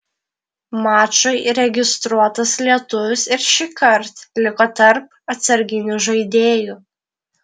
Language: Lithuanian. mačui registruotas lietuvis ir šįkart liko tarp atsarginių žaidėjų